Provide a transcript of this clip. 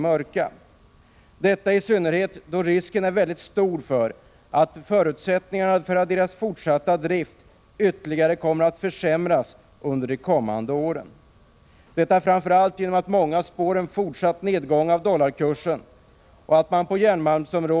Detta beror i synnerhet på att risken är stor för att förutsättningarna för gruvornas fortsatta drift ytterligare kommer att försämras under de kommande åren, framför allt för att många spår en fortsatt nedgång av dollarkursen.